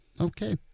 Okay